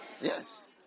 Yes